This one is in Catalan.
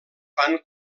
fan